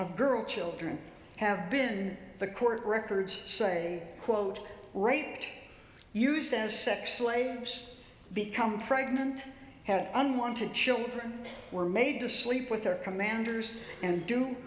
of girl children have been the court records say quote right used as sex slaves become pregnant had unwanted children were made to sleep with their commanders and do